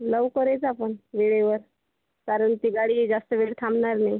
लवकर ये पण वेळेवर कारण ती गाडी जास्त वेळ थांबणार नाही